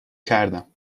کردم